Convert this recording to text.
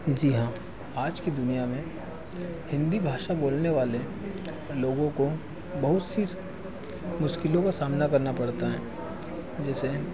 जी हाँ आज की दुनिया में हिन्दी भासा बोलने वाले लोगों को बहुत सी मुश्किलों का सामना करना पड़ता है जैसे